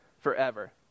forever